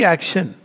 Action